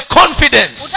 confidence